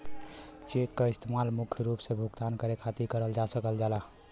check क इस्तेमाल मुख्य रूप से भुगतान करे खातिर करल जा सकल जाला